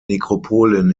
nekropolen